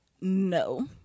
no